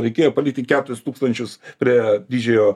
reikėjo palikti keturis tūkstančius prie didžiojo